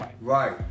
Right